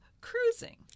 cruising